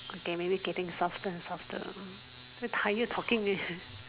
okay maybe getting softer and softer very tired talking eh